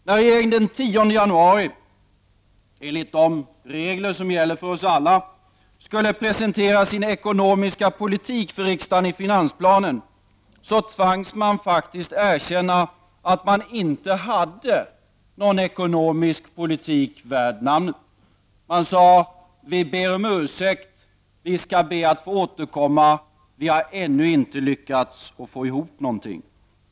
När regeringen den 10 januari, enligt de regler som gäller för oss alla, skulle presentera sin ekonomiska politik för riksdagen i finansplanen tvangs den faktiskt erkänna att den inte hade någon ekonomisk politik värd namnet. Den sade: Vi ber om ursäkt, vi skall be att få återkomma, vi har ännu inte lyckats få ihop någonting.